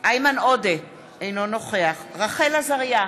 איימן עודה, אינו נוכח רחל עזריה,